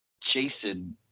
Jason